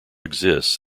exists